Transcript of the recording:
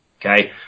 okay